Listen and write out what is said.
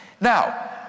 Now